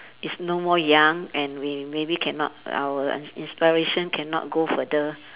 it's no more young and we maybe cannot our in~ inspiration cannot go further